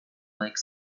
lake